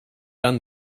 done